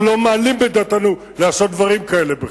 אנחנו לא מעלים בדעתנו לעשות דברים כאלה בכלל.